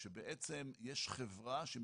גם